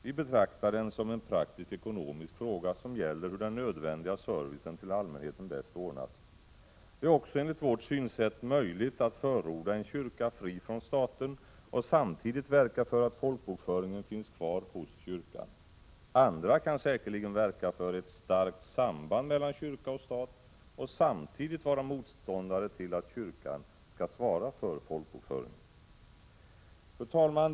Vi betraktar den som en praktisk-ekonomisk fråga som gäller hur den nödvändiga servicen till allmänheten bäst ordnas. Det är också, enligt vårt synsätt, möjligt att förorda en kyrka fri från staten och samtidigt verka för att folkbokföringen finns kvar hos kyrkan. Andra kan säkerligen verka för ett starkt samband mellan kyrka och stat och samtidigt vara motståndare till att kyrkan skall svara för folkbokföringen. Fru talman!